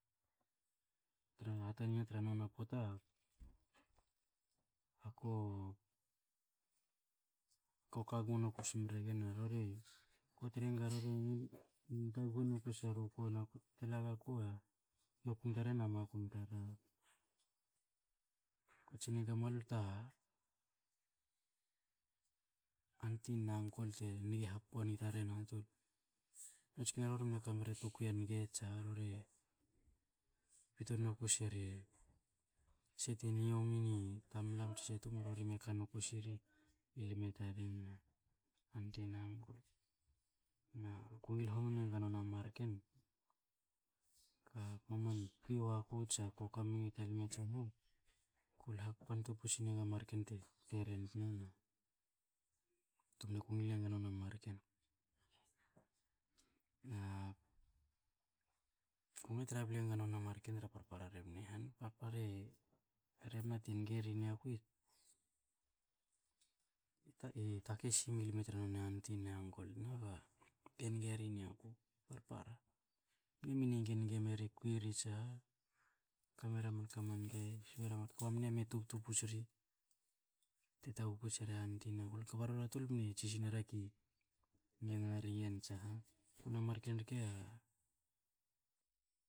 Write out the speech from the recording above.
Tra hahatani na tra nona pota, a ko- ko ka gno noku sme regen, a rori, ko tre nga rori ngil takhu noku seru ku na ku te la gaku a makum taren a makum tar, ah. Ko tsi nenga mualol ta unti na unkol te niga hanpo ni taren a tol. Noa tskin a rori mne kamera tukwi a nge, tsa rore pito nuku siri se te niomi ni tamlam tse se rori e kanoku siri i lme taren a anti ne unkol. Na ku ngil homin nue nga nona marken ka koman kwi wa ku tsa ko kamenga ta ilme ta nge, ko lu hakpa puts enga marken te kte ren tna na ko mne tra bke nga nona marken. Na ku mne tra bla noni a marken tra parpara len i han. Parpare rebna ti nge i niaku i e takei simi lme tre unti ne unkol tna ba enge ri niaku parpara. Mne min e nge kwi ri tsa ha, kamera manka man nge, kba mne me tubtu puts ri te taghu sere unti ne unkol, kba noni tol mne tsi snere ki ngena ri yen tsa ha. nona marken rke a